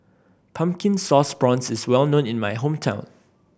Pumpkin Sauce Prawns is well known in my hometown